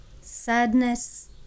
sadness